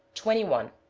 twenty one.